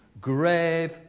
Grave